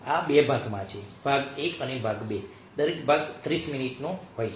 આ 2 ભાગોમાં છે ભાગ 1 અને ભાગ 2 દરેકમાં લગભગ 30 મિનિટનો સમય હોય છે